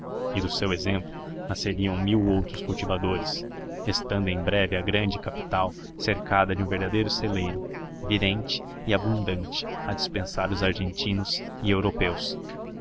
e do seu exemplo nasceriam mil outros cultivadores estando em breve a grande capital cercada de um verdadeiro celeiro virente e abundante a dispensar os argentinos e